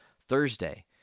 Thursday